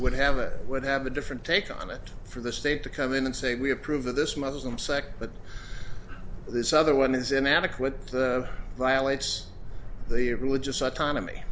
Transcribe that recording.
would have it would have a different take on it for the state to come in and say we approve of this muslim sect but this other one is inadequate violates the religious autonomy